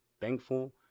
thankful